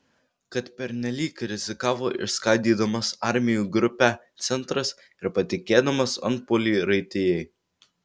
kad pernelyg rizikavo išskaidydamas armijų grupę centras ir patikėdamas antpuolį raitijai